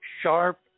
sharp